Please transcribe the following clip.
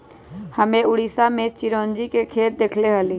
हम्मे उड़ीसा में चिरौंजी के खेत देखले हली